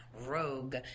rogue